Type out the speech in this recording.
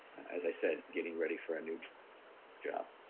as i said, getting ready for a new job.